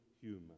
human